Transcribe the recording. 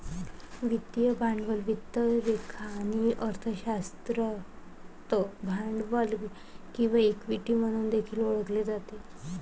वित्तीय भांडवल वित्त लेखा आणि अर्थशास्त्रात भांडवल किंवा इक्विटी म्हणून देखील ओळखले जाते